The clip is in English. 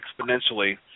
exponentially